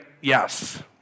yes